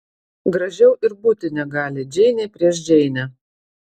gražiau ir būti negali džeinė prieš džeinę